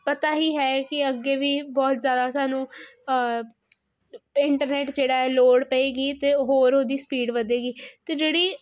ਪਤਾ ਹੀ ਹੈ ਕਿ ਅੱਗੇ ਵੀ ਬਹੁਤ ਜ਼ਿਆਦਾ ਸਾਨੂੰ ਇੰਟਰਨੈਟ ਜਿਹੜਾ ਹੈ ਲੋੜ ਪਵੇਗੀ ਅਤੇ ਹੋਰ ਉਹਦੀ ਸਪੀਡ ਵਧੇਗੀ ਅਤੇ ਜਿਹੜੀ